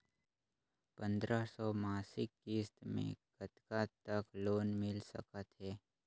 पंद्रह सौ मासिक किस्त मे कतका तक लोन मिल सकत हे?